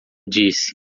disse